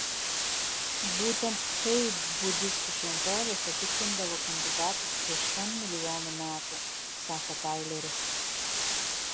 būtent taip budistų šventovėse tikrindavo kandidatus prieš n milijonų metų sako taileris